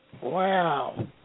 Wow